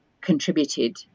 contributed